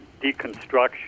deconstruction